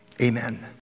amen